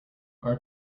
our